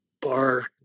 bar